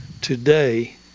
today